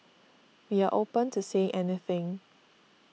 we are open to say anything